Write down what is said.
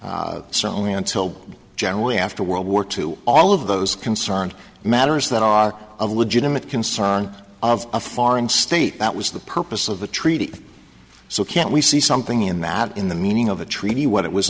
only until generally after world war two all of those concerned matters that are a legitimate concern of a foreign state that was the purpose of the treaty so can't we see something in that in the meaning of a treaty what it was